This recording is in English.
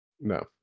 No